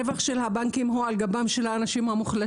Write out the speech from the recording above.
הרווח של הבנקים הוא על גבם של האנשים המוחלשים,